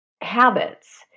habits